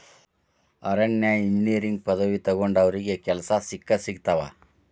ಅರಣ್ಯ ಇಂಜಿನಿಯರಿಂಗ್ ಪದವಿ ತೊಗೊಂಡಾವ್ರಿಗೆ ಕೆಲ್ಸಾ ಸಿಕ್ಕಸಿಗತಾವ